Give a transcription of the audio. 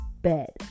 bed